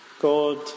God